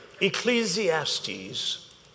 Ecclesiastes